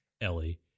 Ellie